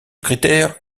critère